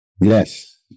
Yes